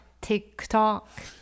TikTok